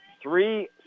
three